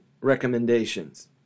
recommendations